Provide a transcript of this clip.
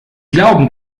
glauben